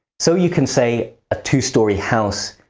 so you can say a two-storey house,